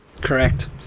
Correct